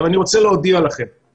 אבל אני רוצה להודיע לכם,